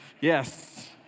Yes